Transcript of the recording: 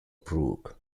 brook